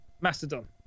Mastodon